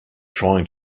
trying